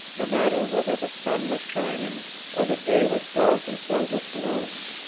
no matter whether the sun was shining or the day was dark and filled with gloom.